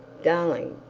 darling,